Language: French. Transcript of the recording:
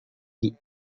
lee